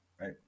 right